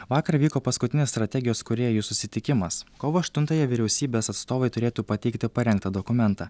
vakar vyko paskutinės strategijos kūrėjų susitikimas kovo aštuntąją vyriausybės atstovai turėtų pateikti parengtą dokumentą